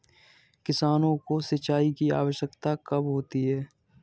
किसानों को सिंचाई की आवश्यकता कब होती है?